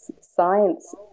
science